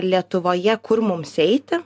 lietuvoje kur mums eiti